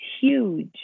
huge